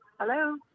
Hello